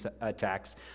attacks